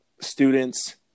students